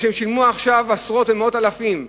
מה שהם שילמו עכשיו, עשרות ומאות אלפים,